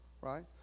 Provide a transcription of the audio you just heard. right